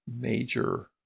major